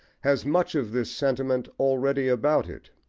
has much of this sentiment already about it.